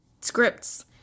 scripts